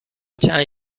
چند